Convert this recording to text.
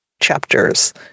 chapters